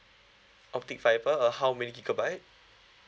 optic fibre uh how many gigabyte